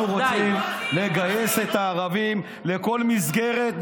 אנחנו רוצים לגייס את הערבים לכל מסגרת.